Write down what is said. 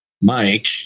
Mike